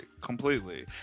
Completely